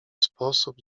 sposób